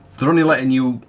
they're only letting you.